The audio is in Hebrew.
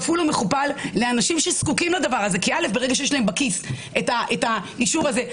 ברגע שיש להם בכיס את האישור הזה,